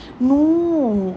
no